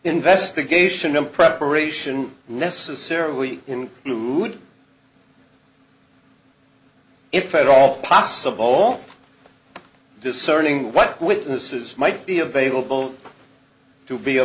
investigation in preparation necessarily include if at all possible on discerning what witnesses might be available to be